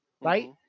right